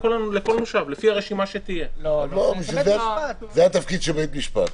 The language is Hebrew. לבעל התפקיד ולבית משפט